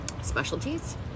specialties